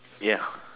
ya